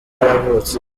yavutse